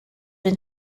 been